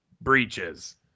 breaches